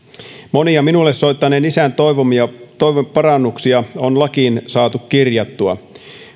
monia minulle soittaneen isän toivomia toivomia parannuksia on lakiin saatu kirjattua